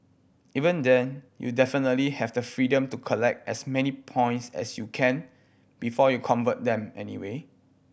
even then you definitely have the freedom to collect as many points as you can before you convert them anyway